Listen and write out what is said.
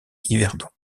yverdon